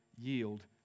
yield